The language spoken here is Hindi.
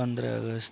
पन्द्रह अगस्त